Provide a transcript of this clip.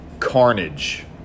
carnage